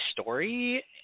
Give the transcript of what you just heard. story